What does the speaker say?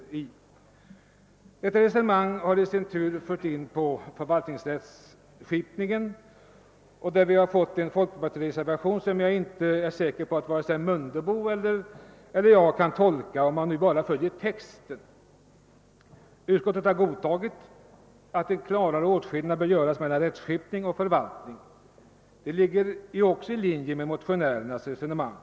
Detta resonemang har i sin tur fört in på förvaltningsrättsskipningen. Här har vi fått en folkpartireservation, som jag inte är säker på att vare sig herr Mundebo eller jag kan tolka, om man bara följer texten. Utskottet har godtagit att en klarare åtskillnad görs mellan rättskipning och förvaltning — det ligger ju också i linje med motionärernas resonemang.